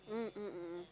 mm mm mm mm